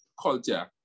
culture